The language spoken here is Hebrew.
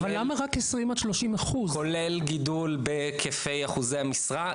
כולל גידול בהיקפי אחוזי המשרה,